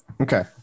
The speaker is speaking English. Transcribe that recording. Okay